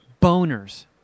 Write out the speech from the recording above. Boners